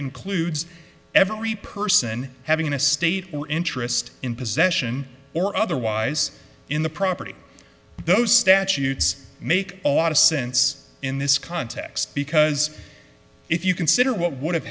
includes every person having a state interest in possession or otherwise in the property those statutes make a lot of sense in this context because if you consider what would have